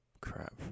Crap